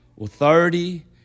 authority